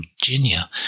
Virginia